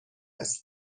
است